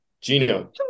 Gino